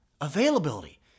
Availability